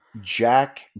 Jack